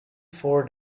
four